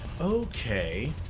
Okay